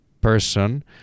person